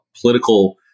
political